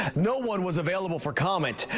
ah no one was available for comment.